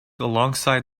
alongside